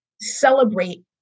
celebrate